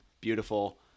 beautiful